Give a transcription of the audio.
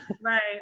Right